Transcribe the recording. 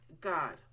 God